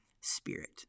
spirit